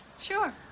Sure